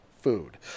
food